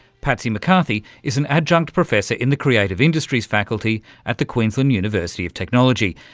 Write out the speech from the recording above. patsy mccarthy is an adjunct professor in the creative industries faculty at the queensland university of technology,